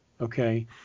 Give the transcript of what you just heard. okay